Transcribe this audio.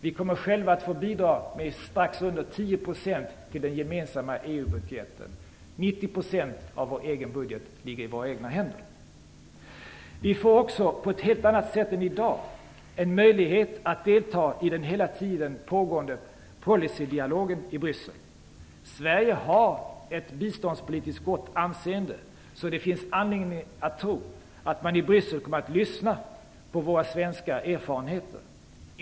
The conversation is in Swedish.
Vi kommer själva att få bidra med strax under 10 % till den gemensamma EU-budgeten - 90 % av vår budget ligger i våra egna händer. Vi får också på ett helt annat sätt än i dag en möjlighet att delta i den hela tiden pågående policydialogen i Bryssel. Sverige har ett gott biståndspolitiskt anseende, så det finns all anledning att tro att man i Bryssel kommer att lyssna med intresse till våra svenska biståndserfarenheter.